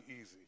easy